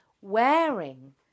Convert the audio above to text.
wearing